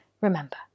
Remember